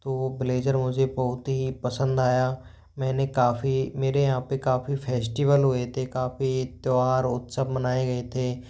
तो वो ब्लेज़र मुझे बहुत ही पसंद आया मैंने काफ़ी मेरे यहाँ पे काफ़ी फेस्टिवल हुए थे काफ़ी त्यौहार उत्सव मनाए गए थे